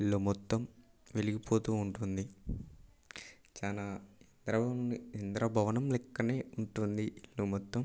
ఇల్లు మొత్తం వెలిగిపోతూ ఉంటుంది చాలా రౌండ్ ఇంద్రభవనం లెక్కనే ఉంటుంది ఇల్లు మొత్తం